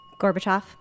Gorbachev